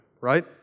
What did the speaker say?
right